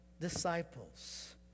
disciples